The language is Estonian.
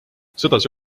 sedasi